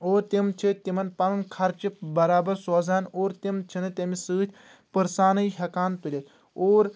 اور تِم چھِ تِمن پنُن خرچہٕ برابر سوزان اور تِم چھِنہٕ تٔمِس سۭتۍ پٔرسانے ہٮ۪کان تُلِتھ اور